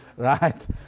Right